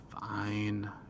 Fine